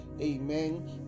Amen